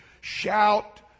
shout